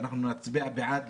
שאנחנו נצביע בעד,